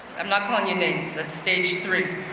i'm not calling you names, that's stage three.